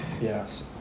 yes